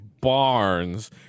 Barnes